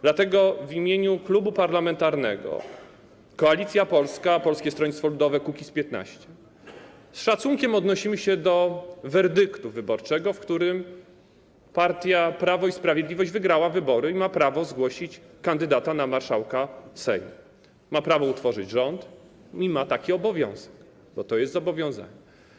Dlatego w imieniu klubu parlamentarnego Koalicja Polska - Polskie Stronnictwo Ludowe - Kukiz’15 z szacunkiem odnosimy się do werdyktu wyborczego, w którym partia Prawo i Sprawiedliwość wygrała wybory i ma prawo zgłosić kandydata na marszałka Sejmu, ma prawo utworzyć rząd i ma taki obowiązek, bo to jest zobowiązanie.